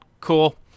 cool